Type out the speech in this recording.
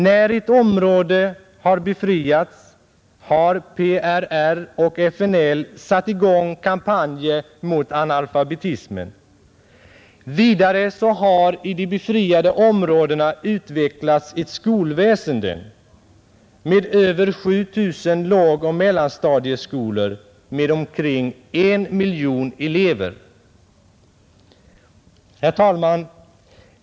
När ett område befriats, har PRR och FNL satt i gång kampanjer mot analfabetismen. Vidare har i de befriade områdena utvecklats ett skolväsende med över 7 000 lågoch mellanstadieskolor med omkring en miljon elever. Herr talman!